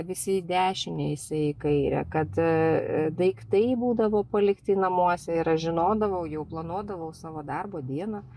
visi į dešinę jisai į kairę kad daiktai būdavo palikti namuose žinodavau jau planuodavau savo darbo dieną